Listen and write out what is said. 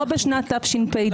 לא בשנת תשפ"ד.